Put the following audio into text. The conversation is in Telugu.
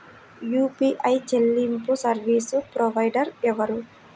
యూ.పీ.ఐ చెల్లింపు సర్వీసు ప్రొవైడర్ ఎవరు?